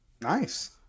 Nice